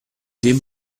dem